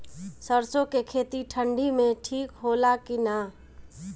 सरसो के खेती ठंडी में ठिक होला कि ना?